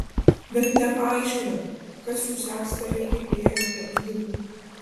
bet nepaaiškina kas jūs esate ir kaip įėjote į vidų